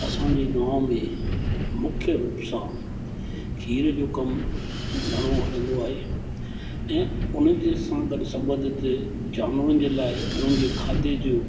असांजे गांव में मुख्य रूप सां खीर जो कमु घणो हलंदो आहे ऐं उन्हनि जे सुंदर संबंध खे जानवरनि जे लाइ उन्हनि जे खाधे जूं